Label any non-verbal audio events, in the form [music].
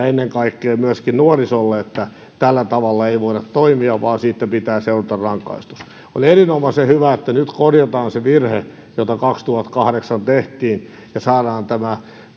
[unintelligible] ennen kaikkea myöskin nuorisolle että tällä tavalla ei voida toimia vaan siitä pitää seurata rangaistus on erinomaisen hyvä että nyt korjataan se virhe joka kaksituhattakahdeksan tehtiin ja saadaan tämä